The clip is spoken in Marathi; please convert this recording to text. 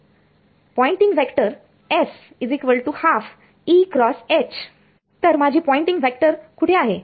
तर पॉयंटिंग वेक्टर तर माझी पॉयंटिंग वेक्टर कुठे आहे